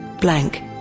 blank